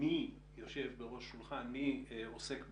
מי יושב בראש השולחן ומי עוסק במה.